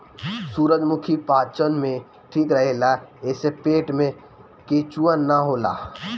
सूरजमुखी पाचन में ठीक रहेला एसे पेट में केचुआ ना होला